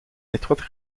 étroite